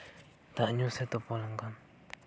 ᱫᱟᱜ ᱧᱩ ᱥᱮ ᱛᱩᱯᱩ ᱞᱮᱱᱠᱷᱟᱱ